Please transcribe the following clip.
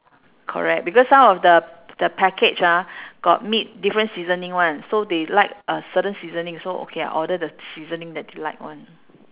correct because some of the the package ah got meat different seasoning [one] so they like uh certain seasoning so okay I order the seasoning that they like [one]